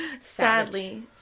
Sadly